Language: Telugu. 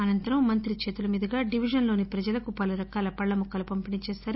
అనంతరం మంత్రి చేతుల మీదుగా డివిజన్లోని ప్రజలకు పలురకాల పండ్ల మొక్కలు పంపిణీ చేసారు